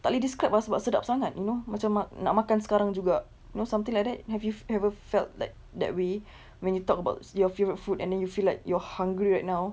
tak boleh describe ah sebab sedap sangat you know macam ma~ nak makan sekarang juga you know something like that have you ever felt like that way when you talk about your favourite food and then you feel like you're hungry right now